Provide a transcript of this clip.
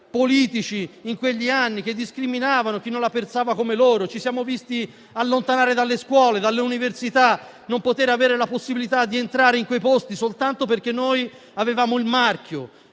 politici in quegli anni, che discriminavano chi non la pensava come loro: ci siamo visti allontanare dalle scuole e dalle università; ci è stata sottratta la possibilità di entrare in quei posti soltanto perché avevamo il marchio,